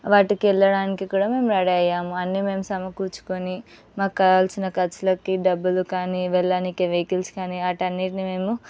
వాటికి వెళ్ళడానికి కూడా మేము రెడీ అయ్యాము అన్ని మేము సమకూర్చుకొని మాకు కావాల్సిన ఖర్చులకి డబ్బులు కానీ వెళ్ళనికి వెహికల్స్ కాని వాటన్నిట్నీ మేము